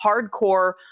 hardcore